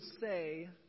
say